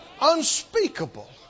Unspeakable